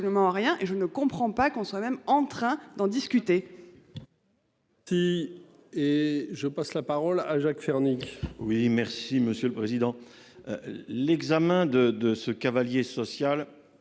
absolument à rien et je ne comprends pas qu'on soit même en train d'en discuter. Y et je passe la parole à Jacques Fernique. Oui, merci Monsieur le Président. L'examen de de ce cavalier social